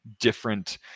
different